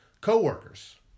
Co-workers